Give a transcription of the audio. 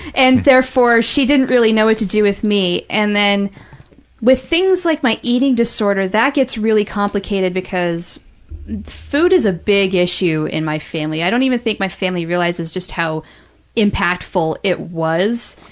and therefore, she didn't really know what to do with me. and then with things like my eating disorder, that gets really complicated because food is a big issue in my family. i don't even think my family realizes just how impactful it was.